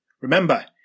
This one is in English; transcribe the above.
Remember